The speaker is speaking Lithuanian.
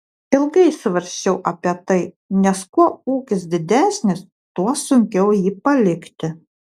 ilgai svarsčiau apie tai nes kuo ūkis didesnis tuo sunkiau jį palikti